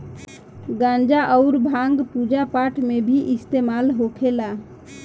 गांजा अउर भांग पूजा पाठ मे भी इस्तेमाल होखेला